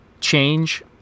change